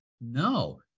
No